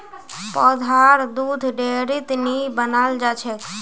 पौधार दुध डेयरीत नी बनाल जाछेक